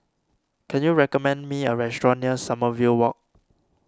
can you recommend me a restaurant near Sommerville Walk